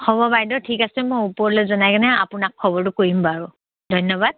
হ'ব বাইদেউ ঠিক আছে মই ওপৰলে জনাই কেনে আপোনাক খবৰটো কৰিম বাৰু ধন্যবাদ